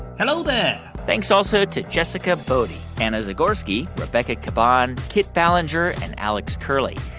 hello there thanks also to jessica boddy, anna zagorski, rebecca caban, kit ballenger and alex curley.